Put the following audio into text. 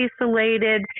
isolated